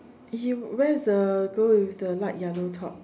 you where is the girl with the light yellow top